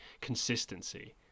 consistency